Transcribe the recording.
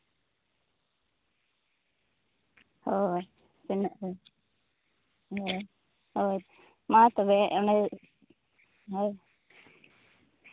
ᱦᱳᱭ ᱥᱮᱱᱚᱜᱼᱟᱹᱧ ᱦᱳᱭ ᱦᱳᱭ ᱢᱟ ᱛᱚᱵᱮ ᱤᱱᱟᱹ ᱦᱳᱭ